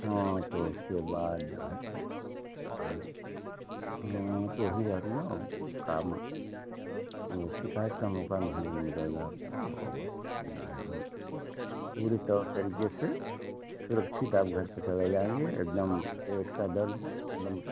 हाँ तो उसके बाद जो है और हाँ तो वही बात है ना अब काम वह शिकायत का मौक़ा नहीं मिलेगा आपको और वह जो है हम पूरे तौर तरीक़े से सुरक्षित आप घर पर चले जाएँगे एक दम पेट का दर्द एक दम